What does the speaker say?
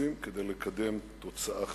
מאמצים כדי לקדם תוצאה חיובית.